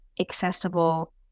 accessible